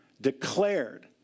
declared